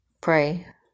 pray